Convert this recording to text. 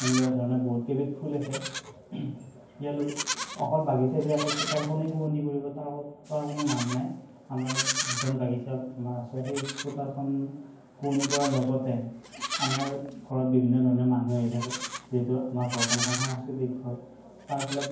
এনেকুৱা ধৰণে বহুত কেইবিধ ফুল আছে ইয়াৰ লগত অকল বাগিছাই যে অকল চোতালখনে শুৱনি কৰিব তাৰ তাৰ কোনো মান নাই আমাৰ যিখন বাগিছা আমাৰ আছে সেই চোতালখন শুৱনি কৰাৰ লগতে আমাৰ ঘৰত বিভিন্ন ধৰণৰ মানুহ আহি থাকে যিহেতু আমাৰ ঘৰখন এখন সাংস্কৃতিক ঘৰ তাৰ ফলত